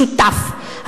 משותף.